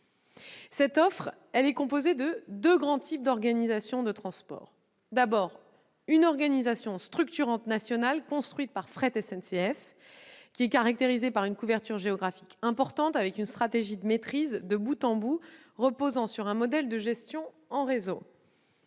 Cette offre est composée de deux grands types d'organisation de transport : d'abord, une organisation structurante nationale construite par Fret SNCF, caractérisée par une couverture géographique importante, avec une stratégie de maîtrise de bout en bout reposant sur un modèle de gestion en réseau